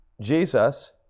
Jesus